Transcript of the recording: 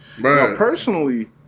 personally